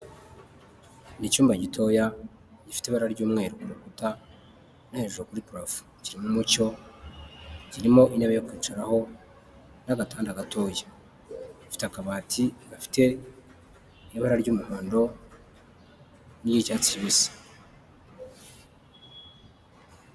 Ni icyumba gitoya gifite ibara ry'umweru ku rukuta no hejuru kuri purafo, kirimo umucyo, kirimo intebe yo kwicaraho n'agatanda gatoya, gifite akabati gafite ibara ry'umuhondo n'iry'icyatsi kibisi.